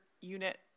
unit